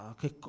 che